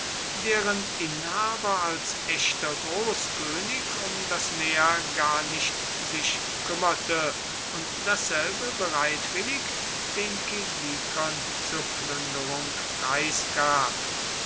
deren inhaber als echter großkönig um das meer gar nicht sich kümmerte und dasselbe bereitwillig den kilikern zur plünderung preisgab